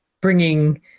bringing